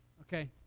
okay